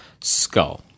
skull